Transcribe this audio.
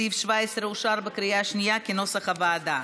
סעיף 17 אושר בקריאה השנייה, כנוסח הוועדה.